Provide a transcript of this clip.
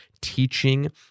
teaching